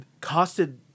costed